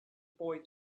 boy